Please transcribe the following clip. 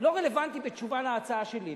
לא רלוונטי בתשובה על ההצעה שלי,